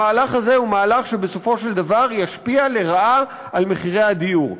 המהלך הזה הוא מהלך שבסופו של דבר ישפיע לרעה על מחירי הדיור.